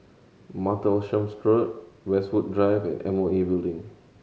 Martlesham Road Westwood Drive and M O E Building